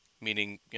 meaning